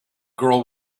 girl